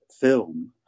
film